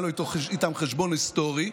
היה לו איתם חשבון היסטורי,